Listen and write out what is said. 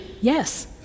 Yes